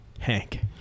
Hank